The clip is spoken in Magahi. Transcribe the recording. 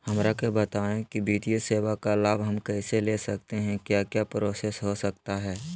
हमरा के बताइए की वित्तीय सेवा का लाभ हम कैसे ले सकते हैं क्या क्या प्रोसेस हो सकता है?